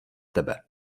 tebe